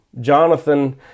jonathan